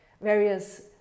various